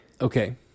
Okay